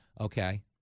Okay